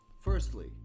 Firstly